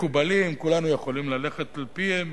מקובלים, כולנו יכולים ללכת על-פיהם